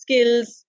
Skills